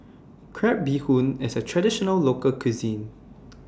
Crab Bee Hoon IS A Traditional Local Cuisine